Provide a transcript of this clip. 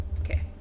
Okay